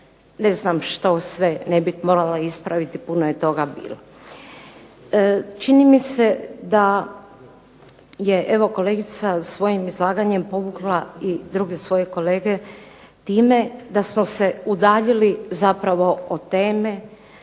ne znam što sve ne bih morala ispraviti, puno je toga bilo. Čini mi se da je evo kolegica svojim izlaganjem povukla i druge svoje kolege time da smo se udaljili zapravo od teme